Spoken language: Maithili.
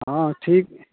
हँ ठीक छै